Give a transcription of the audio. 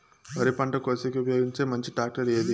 వరి పంట కోసేకి ఉపయోగించే మంచి టాక్టర్ ఏది?